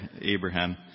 Abraham